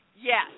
yes